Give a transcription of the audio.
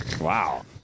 Wow